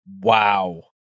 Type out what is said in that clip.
Wow